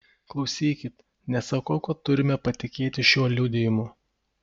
klausykit nesakau kad turime patikėti šiuo liudijimu